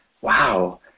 wow